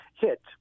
hit